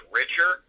richer